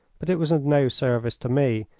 but it was of no service to me,